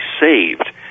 saved